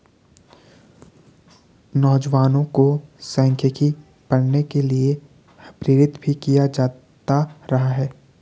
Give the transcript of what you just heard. नौजवानों को सांख्यिकी पढ़ने के लिये प्रेरित भी किया जाता रहा है